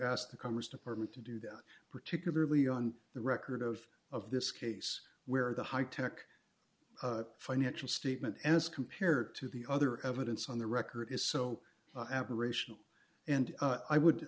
ask the congress department to do that particularly on the record of of this case where the high tech financial statement as compared to the other evidence on the record is so aberrational and i would